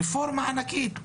רפורמה ענקית.